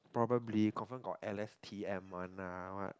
probably confirm got L_S_T_M one uh what